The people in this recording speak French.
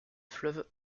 fleuve